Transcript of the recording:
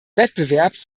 wettbewerbs